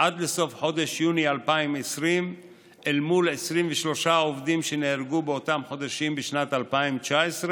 עד לסוף חודש יוני 2020 מול 23 עובדים שנהרגו באותם חודשים בשנת 2019,